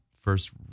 first